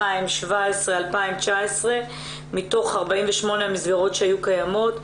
2017-2019 מתוך 48 מסגרות שהיו קיימות.